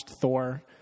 Thor